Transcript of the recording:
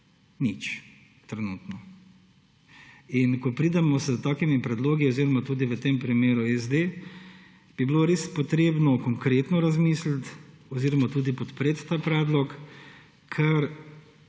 nič trenutno. In ko pridemo s takimi predlogi oziroma tudi v tem primeru SD, bi bilo res potrebno konkretno razmisliti oziroma tudi podpreti ta predlog. Ker